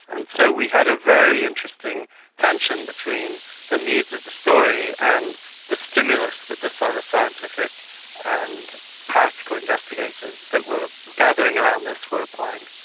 and so we had a very interesting tension between the needs of the story and the stimulus that the so the scientific and practical investigators that were gathering around this were applying.